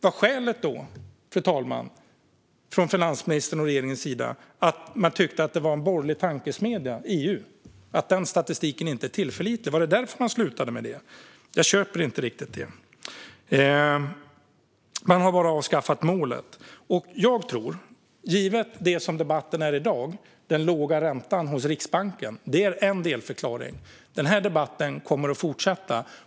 Var skälet då, fru talman, från finansministerns och regeringens sida att man tyckte att EU var en borgerlig tankesmedja och att den statistiken inte var tillförlitlig? Var det därför man slutade mäta mot det? Jag köper inte riktigt det. Man har bara avskaffat målet. Givet det som debatten gäller i dag är den låga räntan hos Riksbanken en delförklaring. Den här debatten kommer att fortsätta.